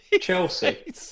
Chelsea